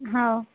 हो